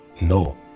No